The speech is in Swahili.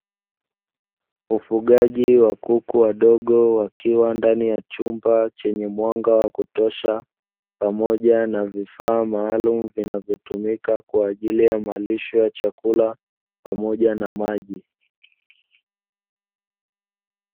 Ufugaji wa kuku wadogo wakiwa ndani ya chumba chenye mwanga wa kutosha pamoja na vifaa maalumu vinavyotumika kwa ajili ya malisho ya chakula pamoja na maji.